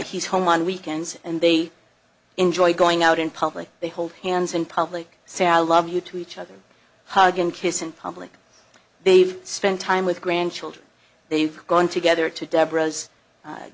he's home on weekends and they enjoy going out in public they hold hands in public sally love you to each other hug and kiss in public they've spent time with grandchildren they've gone together to